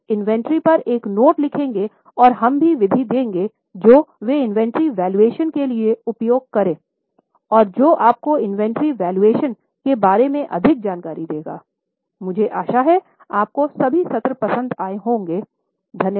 वे inventory पर एक note लिखेंगे और हम भी विधि देंगे जो वे इन्वेंट्री वैल्यूएशन के लिए उपयोग करे और जो आपको इन्वेंट्री वैल्यूएशन के बारे में अधिक जानकारी देगा मुझे आशा है कि आपको सभी सत्र पसंद आएं होंगे